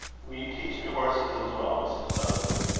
will you teach me horses as well, mr. sutherland?